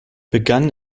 begann